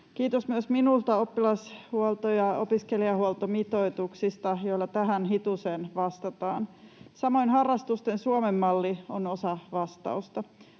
Kiitos myös minulta oppilashuolto- ja opiskelijahuoltomitoituksista, joilla tähän hitusen vastataan. Samoin Harrastamisen Suomen malli on osa vastausta.